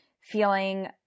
feeling